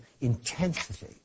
intensity